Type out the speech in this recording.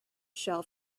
shell